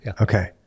Okay